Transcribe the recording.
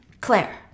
Claire